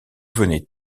venez